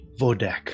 Vodak